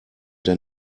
der